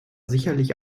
sicherlich